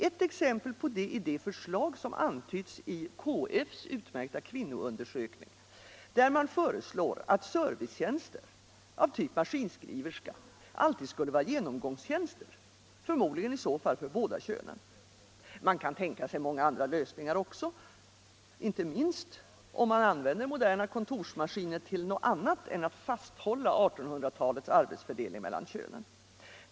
Ett exempel på detta är det förslag som antytts i KF:s utmärkta kvinnoundersökning, där man föreslår att servicetjänster av typ maskinskriverska alltid skulle vara genomgåhgsljänster. förmodligen i så fall för båda könen. Det kan tänkas många andra lösningar också, inte minst om man använder moderna kontorsmaskiner till något annat än att fasthålla 1800-talets arbetsfördelning mellan könen.